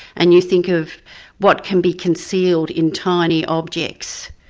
and you think of what can be concealed in tiny objects.